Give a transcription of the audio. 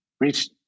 reach